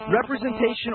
representation